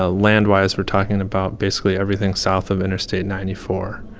ah land-wise we're talking about basically everything south of interstate ninety four.